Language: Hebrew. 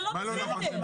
זה לא בסדר.